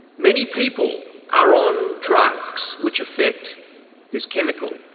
many people are on drugs which affect this chemical,